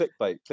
Clickbait